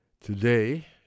today